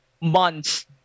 months